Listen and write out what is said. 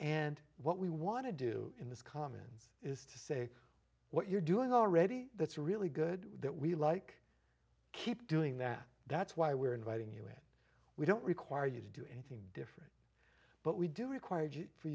and what we want to do in this commons is to say what you're doing already that's a really good that we like keep doing that that's why we're inviting you it we don't require you to do anything different but we do require for